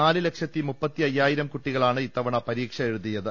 നാല് ലക്ഷത്തി മുപ്പത്തി അയ്യായിരം കുട്ടികളാണ് ഇത്തവണ പരീക്ഷ എഴുതിയത്